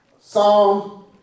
Psalm